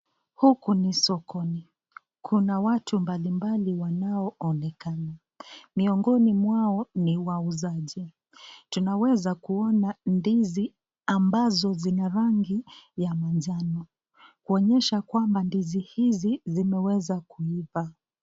Huku ni sokoni, kuna watu mbali mbali wanaonekana. Miongoni mwao ni wauzaji, tunaweza kuona ndizi ambazo zinarangi ya manjano. Kuonyesha kwamba ndizi izi zimeweza kuiva.